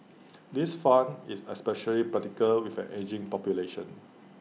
this fund is especially practical with an ageing population